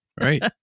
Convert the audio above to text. Right